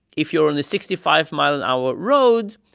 if you're on a sixty five mile an hour road,